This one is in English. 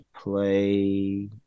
play